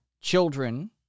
Children